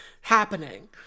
happening